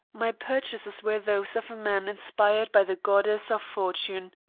my purchases were those of a man inspired by the goddess of fortune.